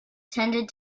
tended